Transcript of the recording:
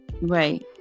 Right